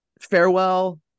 farewell